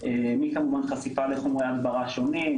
מכמובן חשיפה לחומרי הדברה שונים,